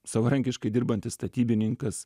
savarankiškai dirbantis statybininkas